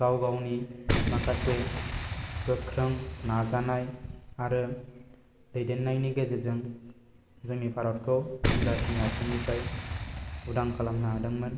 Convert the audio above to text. गाव गावनि माखासे गोख्रों नाजानाय आरो दैदेननायनि गेजेरजों जोंनि भारतखौ इंराजनि आइथिंनिफ्राय उदां खालामनो हादोंमोन